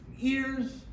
ears